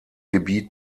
gebiet